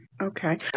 okay